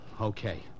Okay